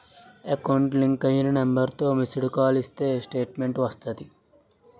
account link అయిన నెంబర్తో missed call ఇస్తే స్టేట్మెంటు వస్తాది